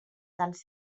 dels